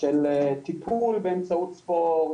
של טיפול באמצעות ספורט,